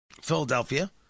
Philadelphia